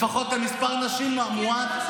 לפחות מספר הנשים המועט.